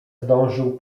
zdążył